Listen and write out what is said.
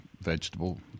vegetable